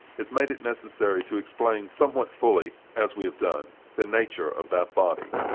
has made it necessary to explain somewhat fully, as we have done, the nature of that body.